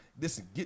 listen